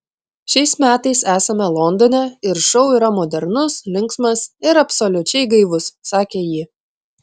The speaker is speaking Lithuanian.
šiais metais esame londone ir šou yra modernus linksmas ir absoliučiai gaivus sakė ji